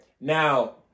now